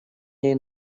ней